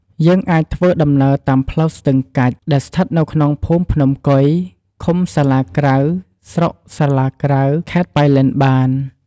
យើងអាចធ្វើដំណើរតាមផ្លូវស្ទឹងកាច់ ដែលស្ថិតនៅក្នុងភូមិភ្នំកុយ ឃុំសាលាក្រៅ ស្រុកសាលាក្រៅ ខេត្តប៉ៃលិនបាន។